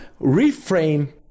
reframe